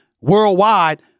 worldwide